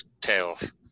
tales